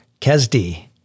Kesdi